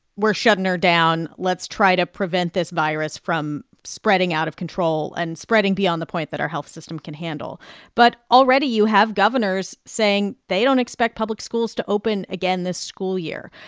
we're shutting her down. let's try to prevent this virus from spreading out of control and spreading beyond the point that our health system can handle but already, you have governors saying they don't expect public schools to open again this school year.